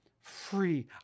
free